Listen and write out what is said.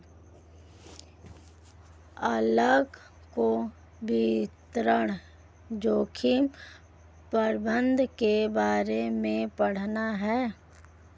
अलका को वित्तीय जोखिम प्रबंधन के बारे में पढ़ना है